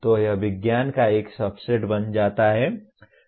तो यह विज्ञान का एक सबसेट बन जाता है